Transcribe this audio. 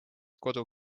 kodu